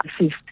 assist